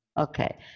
Okay